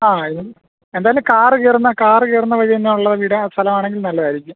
ആ അതിന് എന്തായാലും കാറ് കയറുന്ന കാറ് കയറുന്ന വഴി എങ്ങാനുമുള്ള വീട് ആ സ്ഥലമാണെങ്കിൽ നല്ലതായിരിക്കും